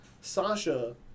Sasha